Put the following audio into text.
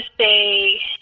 say